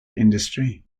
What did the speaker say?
industry